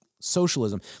socialism